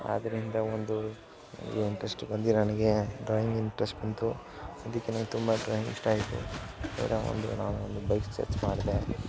ಆದ್ದರಿಂದ ಒಂದು ಈ ಇಂಟ್ರಸ್ಟ್ ಬಂದು ನನಗೆ ಡ್ರಾಯಿಂಗ್ ಇಂಟ್ರಸ್ಟ್ ಬಂತು ಅದಕ್ಕೆ ನಂಗೆ ತುಂಬ ಡ್ರಾಯಿಂಗ್ ಇಷ್ಟ ಆಯಿತು ಆದರೆ ಒಂದು ನಾನು ಒಂದು ಬೈಕ್ ಸ್ಕೆಚ್ ಮಾಡಿದೆ